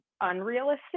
unrealistic